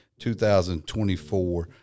2024